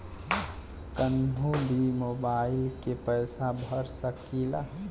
कन्हू भी मोबाइल के पैसा भरा सकीला?